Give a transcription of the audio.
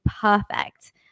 perfect